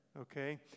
okay